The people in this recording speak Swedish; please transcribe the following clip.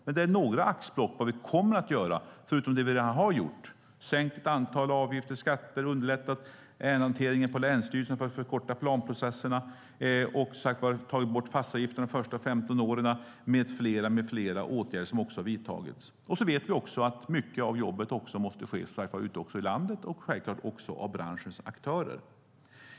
Det här är dock några axplock ur vad vi kommer att göra, förutom det vi redan har gjort: sänkt ett antal avgifter och skatter, underlättat ärendehanteringen på länsstyrelserna för att förkorta planprocesserna och, som sagt, tagit bort fastighetsavgifterna de första 15 åren. Det finns även fler åtgärder som har vidtagits. Vi vet också att mycket av jobbet måste ske ute i landet och självklart även bland branschens aktörer.